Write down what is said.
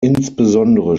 insbesondere